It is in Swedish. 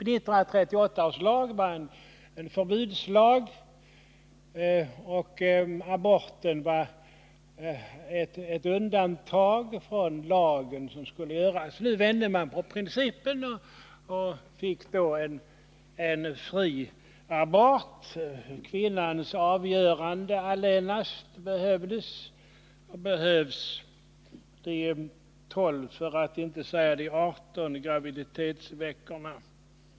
1938 års lag var en förbudslag, och aborten var ett undantag från lagen. Nu vände man på principen och fick då en fri abort. Kvinnans avgörande allenast behövdes och behövs beträffande de 12, för att inte säga de 18 graviditetsveckorna.